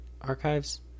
archives